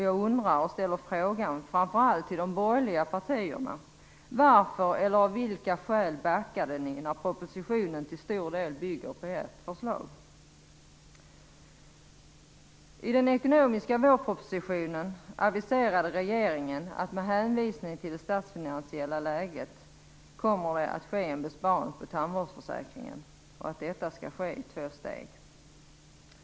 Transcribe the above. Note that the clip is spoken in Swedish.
Jag ställer frågan framför allt till de borgerliga partierna: Varför eller av vilka skäl backade ni när propositionen till stor del bygger på ert förslag? I den ekonomiska vårpropositionen aviserade regeringen att det med hänvisning till det statsfinansiella läget kommer att ske en besparing på tandvårdsförsäkringen och att detta skall ske i två steg.